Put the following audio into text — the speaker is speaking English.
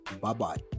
bye-bye